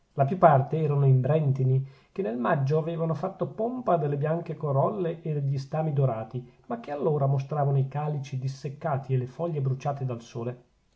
la più parte erano imbrèntini che nel maggio avevano fatto pompa delle bianche corolle e degli stami dorati ma che allora mostravano i calici disseccati e le foglie bruciate dal sole